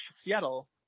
Seattle